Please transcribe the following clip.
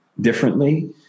differently